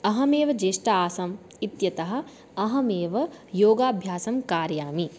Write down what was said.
अहमेव ज्येष्ठा आसम् इत्यतः अहमेव योगाभ्यासं कारयामि